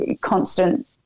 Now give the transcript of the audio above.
constant